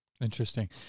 Interesting